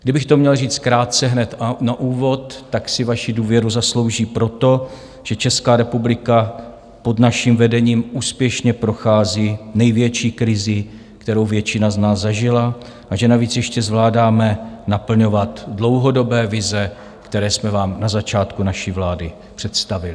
Kdybych to měl říct krátce hned na úvod, tak si vaši důvěru zaslouží proto, že Česká republika pod naším vedením úspěšně prochází největší krizí, kterou většina z nás zažila, a že navíc ještě zvládáme naplňovat dlouhodobé vize, které jsme vám na začátku naší vlády představili.